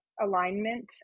alignment